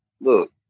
look